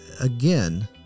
again